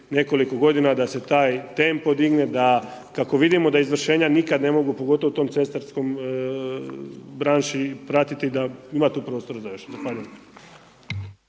nekoliko g. da se taj tempo digne, da kako vidimo da izvršenja nikada ne mogu pogotovo tom cestovnoj branši pratiti da ima tu prostora